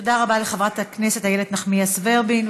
תודה רבה לחברת הכנסת איילת נחמיאס ורבין.